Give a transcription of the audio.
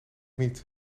niet